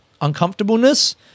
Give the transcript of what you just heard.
uncomfortableness